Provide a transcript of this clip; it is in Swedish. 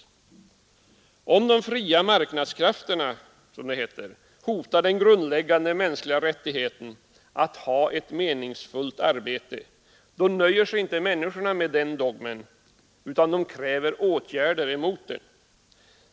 Och om de fria marknadskrafterna, som det heter, hotar den grundläggande mänskliga rättigheten att ha ett meningsfullt arbete, nöjer sig inte människorna med dogmen om dem utan kräver åtgärder mot dem.